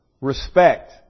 respect